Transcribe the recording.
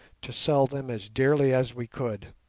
to sell them as dearly as we could